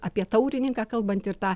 apie taurininką kalbant ir tą